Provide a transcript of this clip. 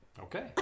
Okay